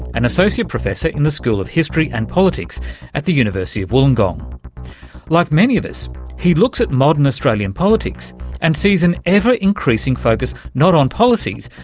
an associate professor in the school of history and politics at the university of wollongong. like many of us he looks at modern australian politics and sees an ever increasing focus not on policies,